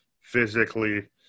physically